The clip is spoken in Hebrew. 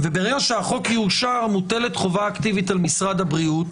ברגע שהחוק יאושר מוטלת חובה אקטיבית על משרד הבריאות